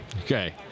Okay